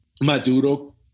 Maduro